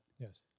Yes